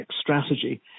Strategy